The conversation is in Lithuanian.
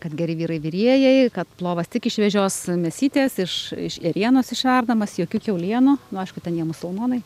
kad geri vyrai virėjai kad plovas tik iš šviežios mėsytės iš ėrienos išverdamas jokių kiaulienų nu aišku ten jie musulmonai